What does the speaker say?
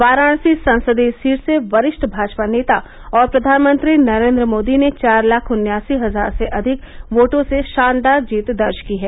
वाराणसी संसदीय सीट से वरिष्ठ भाजपा नेता और प्रधानमंत्री नरेन्द्र मोदी ने चार लाख उन्यासी हजार से अधिक योटों से शानदार जीत दर्ज की है